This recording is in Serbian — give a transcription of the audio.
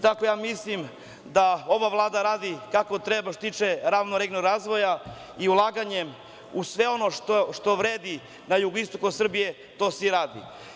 Tako da mislim da ova Vlada radi kako treba što se tiče ravnomernog regionalnog razvoja i ulaganje u sve ono što vredi na jugoistoku Srbije to se i radi.